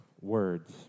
words